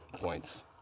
points